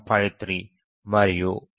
753 మరియు బౌండ్ 0